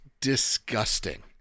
disgusting